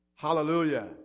Hallelujah